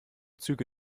züge